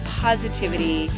positivity